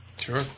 Sure